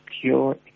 pure